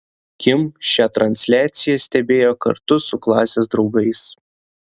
kim šią transliaciją stebėjo kartu su klasės draugais